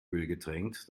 ölgetränkt